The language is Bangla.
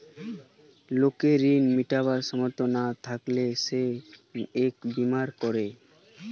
লোকের লোন মিটাবার সামর্থ না থাকলে সে এই বীমা করে